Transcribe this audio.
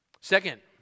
Second